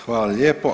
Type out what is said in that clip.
Hvala lijepo.